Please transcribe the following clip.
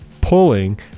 pulling